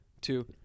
two